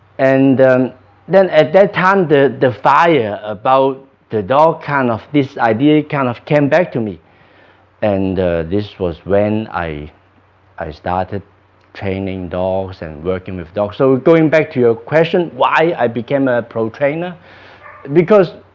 and then at that time the the fire about the dog kind of this idea kind of came back to me and this was when i i started training dogs and working with dogs. so going back to your question why i became a dog so trainer because